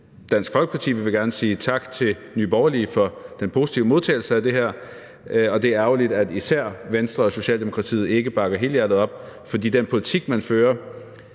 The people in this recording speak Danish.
Dansk Folkeparti, vi vil gerne sige tak til Nye Borgerlige for den positive modtagelse af det her, og det er ærgerligt, at især Venstre og Socialdemokratiet ikke bakker helhjertet op. Jeg tror,